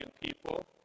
people